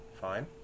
fine